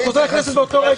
הוא חוזר לכנסת באותו רגע.